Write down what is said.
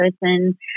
person